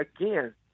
again